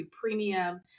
Premium